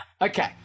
Okay